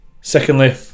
Secondly